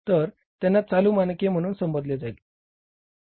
तर त्यांना चालू मानके म्हणून संबोधले जाईल